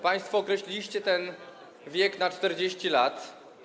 Państwo określiliście ten wiek na 40 lat.